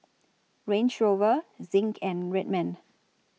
Range Rover Zinc and Red Man